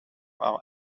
our